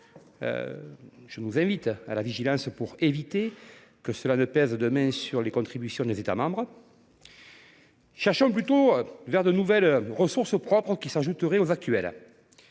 je nous invite à la vigilance pour éviter que cela ne pèse sur les contributions des États membres. Cherchons plutôt vers de nouvelles ressources propres qui s’ajouteraient aux ressources